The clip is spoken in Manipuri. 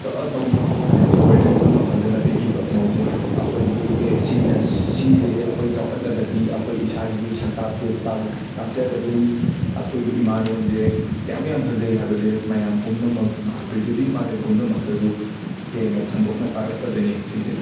ꯇꯧꯅꯕ ꯍꯥꯏꯔꯒꯗꯤ ꯑꯦꯋꯥꯔꯅꯦꯁ ꯑꯃ ꯐꯖꯅ ꯄꯤꯕꯤꯕ ꯃꯣꯏꯁꯦ ꯑꯩꯈꯣꯏꯒꯤ ꯑꯦ ꯁꯤꯅꯥ ꯁꯤꯁꯦ ꯑꯩꯈꯣꯏ ꯆꯥꯎꯈꯠꯂꯒꯗꯤ ꯑꯩꯈꯣꯏꯒꯤ ꯏꯁꯥꯒꯤ ꯁꯛꯇꯥꯛ ꯆꯦ ꯇꯥꯛ ꯇꯥꯛꯆꯒꯗꯣꯏꯅꯤ ꯑꯩꯈꯣꯏꯒꯤ ꯏꯃꯥꯔꯣꯟꯁꯦ ꯀꯌꯥꯃꯨꯛ ꯌꯥꯝ ꯐꯖꯩ ꯍꯥꯏꯕꯁꯦ ꯃꯌꯥꯝ ꯄꯨꯝꯅꯃꯛ ꯄ꯭ꯔꯤꯊꯤꯕꯤ ꯃꯥꯂꯦꯝ ꯄꯨꯝꯅꯃꯛꯇꯁꯦ ꯍꯦꯟꯅ ꯁꯟꯗꯣꯛꯅ ꯇꯥꯛꯂꯛꯀꯗꯣꯏꯅꯦꯕ ꯁꯤꯁꯤꯅ